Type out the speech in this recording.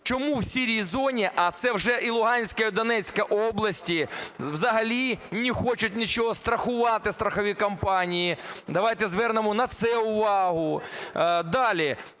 Чому в "сірій" зоні, а це вже і Луганська, і Донецька області, взагалі не хочуть нічого страхувати страхові компанії. Давайте звернемо на це увагу.